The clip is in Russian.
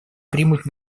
примут